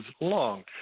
long